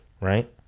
right